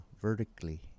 vertically